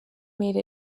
made